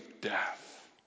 death